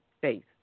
faith